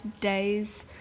days